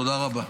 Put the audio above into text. תודה רבה.